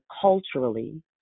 culturally